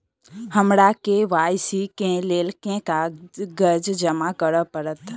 हमरा के.वाई.सी केँ लेल केँ कागज जमा करऽ पड़त?